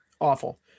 Awful